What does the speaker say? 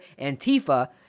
antifa